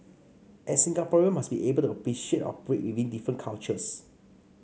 and Singaporean must be able to appreciate and operate within different cultures